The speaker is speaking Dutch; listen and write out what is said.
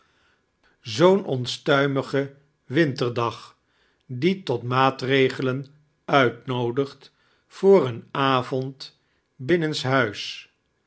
zoo'n onstuimige winterdag die tot maafcregelen uitnoodigt voor een avond binnenshuis